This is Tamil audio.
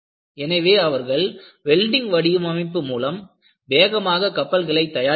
எனவே அவர்கள் வெல்டிங் வடிவமைப்பு மூலம் வேகமாக கப்பல்களை தயாரித்தனர்